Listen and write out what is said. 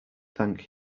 thank